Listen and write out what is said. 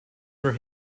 for